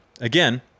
again